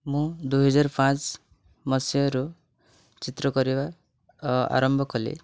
ମୁଁ ଦୁଇ ହଜାର ପାଞ୍ଚ ମସିହାରୁ ଚିତ୍ର କରିବା ଆରମ୍ଭ କଲି